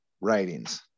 writings